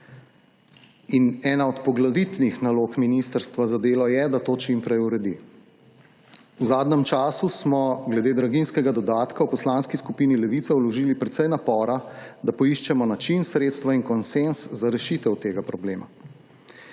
In ena od poglavitnih nalog Ministrstva za delo je, da to čim prej uredi. V zadnjem času smo glede draginjskega dodatka v Poslanski skupini Levica vložili precej napora, da poiščemo način, sredstva in konsenz za rešitev tega problema.